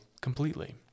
completely